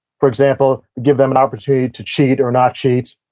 for example, give them an opportunity to cheat or not cheat,